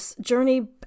journey